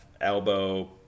elbow